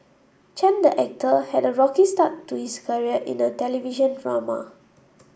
Chen the actor had a rocky start to his career in the television drama